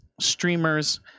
streamers